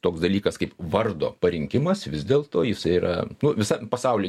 toks dalykas kaip vardo parinkimas vis dėlto jisai yra nu visam pasauly